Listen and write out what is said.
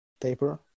taper